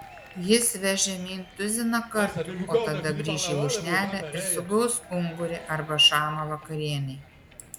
jis veš žemyn tuziną kartų o tada grįš į lūšnelę ir sugaus ungurį arba šamą vakarienei